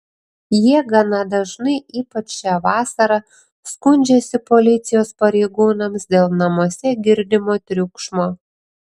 jie gana dažnai ypač šią vasarą skundžiasi policijos pareigūnams dėl namuose girdimo triukšmo